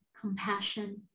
Compassion